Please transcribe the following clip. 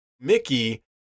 Mickey